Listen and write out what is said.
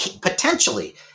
potentially